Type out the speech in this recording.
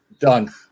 Done